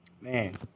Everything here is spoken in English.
Man